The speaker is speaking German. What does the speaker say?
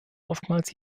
oftmals